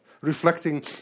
reflecting